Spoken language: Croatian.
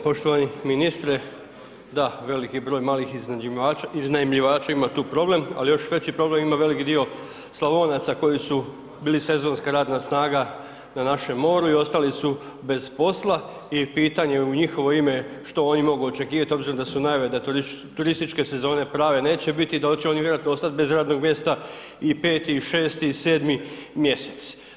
Poštovani ministre, da, veliki broj malih iznajmljivača ima tu problem ali još veći problem ima velik dio Slavonaca koji su bili sezonska radna snaga na našem moru i ostali su bez posla i pitanje u njihovo ime, što oni mogu očekivat obzirom da su najave turističke sezone prave neće biti, da li će oni vjerojatno ostati bez radnog mjesta i 5. i 6. i 7. mjesec?